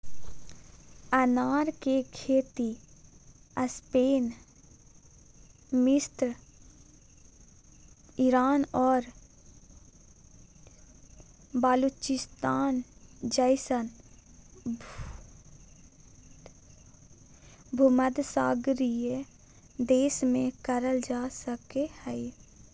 अनार के खेती स्पेन मिस्र ईरान और बलूचिस्तान जैसन भूमध्यसागरीय देश में कइल जा हइ